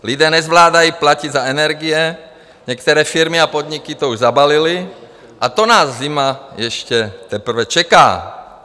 Lidé nezvládají platit za energie, některé firmy a podniky to už zabalily, a to nás zima ještě teprve čeká.